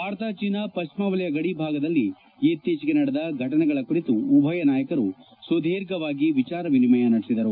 Bharat China ಪಶ್ಚಿಮ ವಲಯ ಗಡಿ ಭಾಗದಲ್ಲಿ ಇತ್ತೀಚೆಗೆ ನಡೆದ ಘಟನೆಗಳ ಕುರಿತು ಉಭಯ ನಾಯಕರು ಸುಧೀರ್ಘವಾಗಿ ವಿಚಾರ ವಿನಿಮಯ ನಡೆಸಿದರು